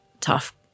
tough